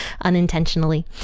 Unintentionally